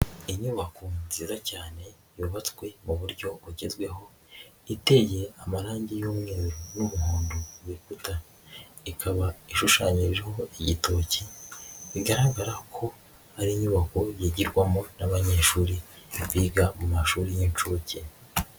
Inyubako nziza cyane yubatswe mu buryo bugezweho, iteye amarangi y'umweru n'ubuhondo ku bikuta, ikaba ishushanyijeho igitoki bigaragara ko ari inyubako yigirwamo n'abanyeshuri biga mu mashuri y'inshuke.